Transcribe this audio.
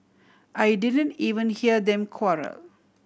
I didn't even hear them quarrel